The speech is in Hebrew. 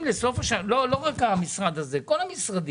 בסוף השנה לא רק המשרד הזה אלא כל המשרדים